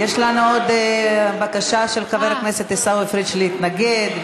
יש לנו עוד בקשה של חבר הכנסת עיסאווי פריג' להתנגד,